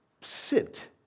sit